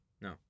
No